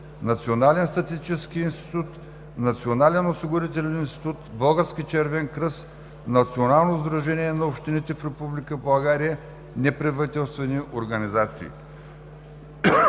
Национален статистически институт, Национален осигурителен институт, Български Червен кръст, Национално сдружение на общините в Република България, неправителствени организации.